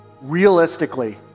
realistically